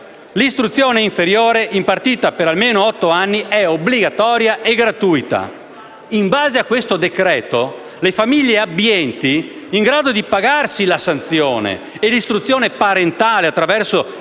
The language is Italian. «L'istruzione inferiore, impartita per almeno otto anni, è obbligatoria e gratuita»? In base al decreto-legge in esame, le famiglie abbienti, in grado di pagare la sanzione e l'istruzione parentale attraverso